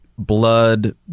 Blood